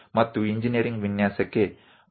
અને engineering design માટે પુનરાવર્તન ખૂબ જરૂરી છે